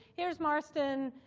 here's marston.